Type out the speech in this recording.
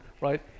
right